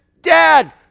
dad